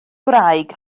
gwraig